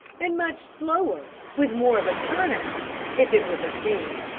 and much slower, with more of a turn out, if it was a team.